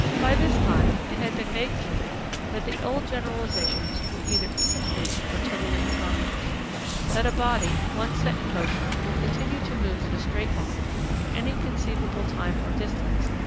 by this time, it had been made clear that the old generalisations were either incomplete or totally erroneous that a body, once set in motion, will continue to move in a straight line for any conceivable time or distance,